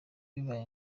bibaye